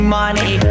money